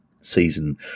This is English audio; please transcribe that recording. season